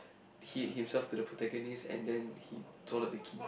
he himself to the antagonist and then he swallowed the key